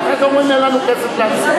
ואחרי זה אומרים: אין לנו כסף להחזיר.